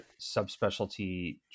subspecialty